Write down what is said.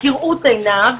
כראות עיניו